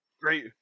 Great